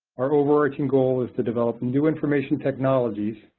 our overarching goal is to develop and new information technologies,